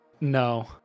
no